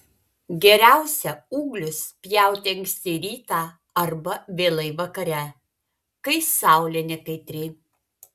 geriausia ūglius pjauti anksti rytą arba vėlai vakare kai saulė nekaitri